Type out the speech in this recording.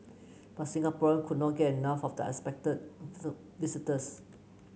but Singaporean could not get enough of the unexpected visitors